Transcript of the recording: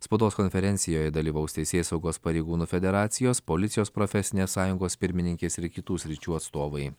spaudos konferencijoje dalyvaus teisėsaugos pareigūnų federacijos policijos profesinės sąjungos pirmininkės ir kitų sričių atstovai